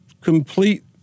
complete